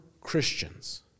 Christians